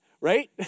right